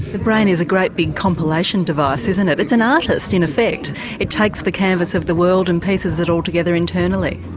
the brain is a great big compilation device isn't it? it's an artist in effect it takes the canvass of the world and pieces it all together internally.